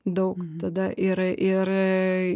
daug tada ir ir